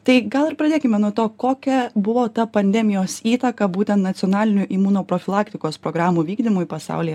tai gal ir pradėkime nuo to kokia buvo ta pandemijos įtaka būtent nacionaliniu imunoprofilaktikos programų vykdymui pasaulyje